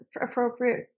appropriate